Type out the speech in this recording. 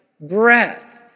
breath